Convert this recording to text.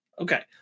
Okay